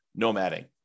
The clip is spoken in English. nomading